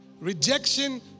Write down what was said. Rejection